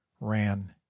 ran